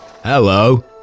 Hello